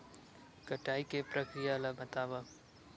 कटाई के प्रक्रिया ला बतावव?